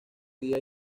día